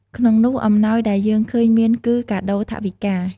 ក្នុងនោះអំណោយដែលយើងឃើញមានគឺ ការជូនថវិកា។